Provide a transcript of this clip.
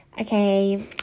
Okay